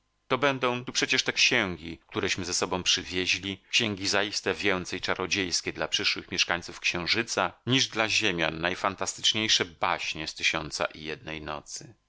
to będą tu przecież te księgi któreśmy ze sobą przywieźli księgi zaiste więcej czarodziejskie dla przyszłych mieszkańców księżyca niż dla ziemian najfantastyczniejsze baśnie z tysiąca i jednej nocy